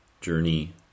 journey